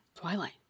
Twilight